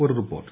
ഒരു റിപ്പോർട്ട്